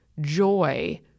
joy